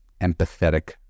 empathetic